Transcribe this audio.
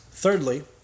Thirdly